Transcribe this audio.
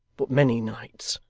but many nights.